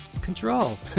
control